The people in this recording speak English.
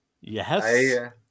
yes